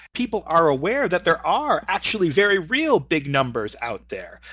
people are aware that there are actually very real big numbers out there.